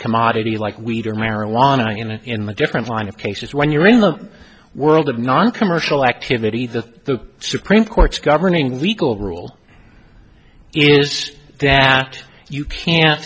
commodity like wheat or marijuana in a different line of cases when you're in the world of noncommercial activity the supreme court's governing legal rule is that you can't